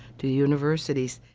to universities.